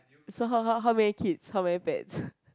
so how how how many kids how many pets